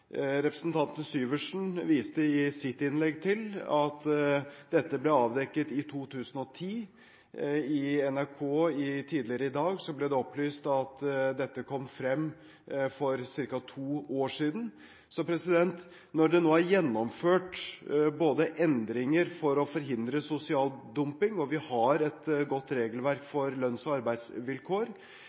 Representanten Syversen viste i sitt innlegg til at dette ble avdekket i 2010. I NRK tidligere i dag ble det opplyst at dette kom frem for ca. to år siden. Når det nå er gjennomført endringer for å forhindre sosial dumping, og vi har et godt regelverk for lønns- og arbeidsvilkår,